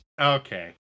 Okay